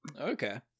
Okay